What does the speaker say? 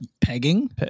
pegging